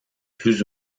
plus